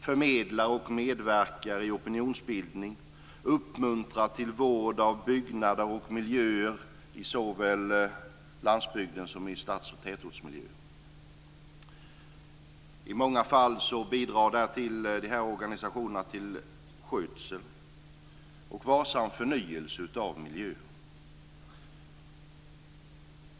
förmedlar och medverkar i opinionsbildning, uppmuntrar till vård av byggnader och miljöer på såväl landsbygden som i stads och tätortsmiljöer. I många fall bidrar de här organisationerna till skötsel och varsam förnyelse av miljöer.